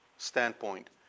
Standpoint